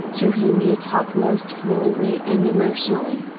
to whom you talk most fluently and emotionally.